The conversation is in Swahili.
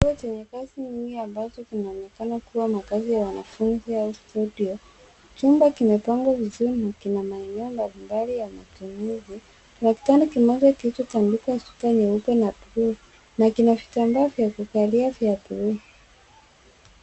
Kituo chenye kazi nyingi ambacho kinaonekana kuwa makazi ya wanafunzi au studio. Chumba kimepangwa vizuri na kina maeneo mbalimbali ya matumizi. Kuna kitanda kimoja kilichotandikwa suka nyeupe na blue na kina vitamba vya kukalia vya blue .